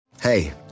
Hey